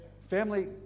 Family